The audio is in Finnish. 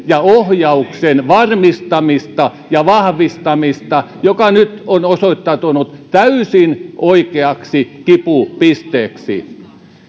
ja ohjauksen varmistamista ja vahvistamista mikä nyt on osoittautunut täysin oikeaksi kipupisteeksi